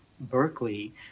Berkeley